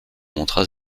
montra